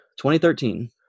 2013